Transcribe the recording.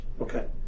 Okay